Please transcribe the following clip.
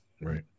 Right